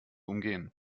umgehen